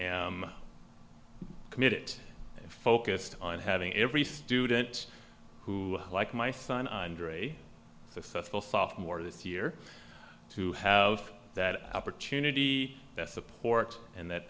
committed focused on having every student who like my son andre successful sophomore the two year to have that opportunity that supports and that